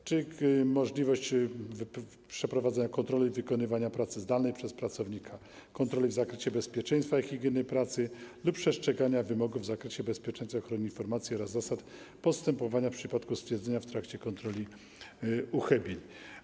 Wprowadza się także możliwość przeprowadzenia kontroli wykonywania pracy zdalnej przez pracownika w zakresie bezpieczeństwa i higieny pracy lub przestrzegania wymogów w zakresie bezpieczeństwa, chronienia informacji oraz zasad postępowania w przypadku stwierdzenia w trakcie kontroli uchybień.